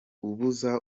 ubuza